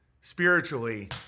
spiritually